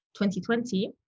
2020